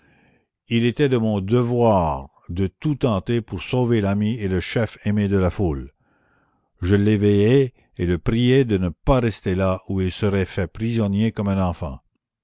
il était de mon devoir de tout tenter pour sauver l'ami et le chef aimé de la foule je l'éveillai et le priai de ne pas rester là où il serait fait prisonnier comme un enfant